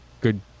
good